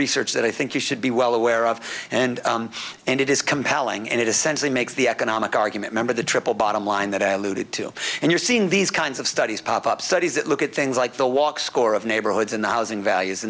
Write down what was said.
research that i think you should be well aware of and and it is compelling and it essentially makes the economic argument member the triple bottom line that i alluded to and you're seeing these of studies pop up studies that look at things like the walk score of neighborhoods and the housing values